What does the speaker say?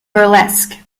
burlesque